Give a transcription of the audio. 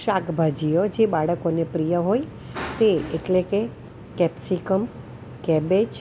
શાકભાજીઓ જે બાળકોને પ્રિય હોય તે એટલે કે કેપ્સિકમ કેબેજ